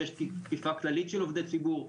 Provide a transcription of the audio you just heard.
שיש תקיפה כללית של עובדי ציבור,